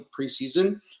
preseason